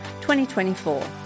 2024